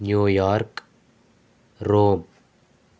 New York Rome